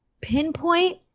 pinpoint